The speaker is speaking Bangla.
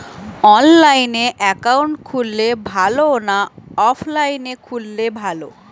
অনলাইনে একাউন্ট খুললে ভালো না অফলাইনে খুললে ভালো?